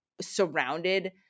surrounded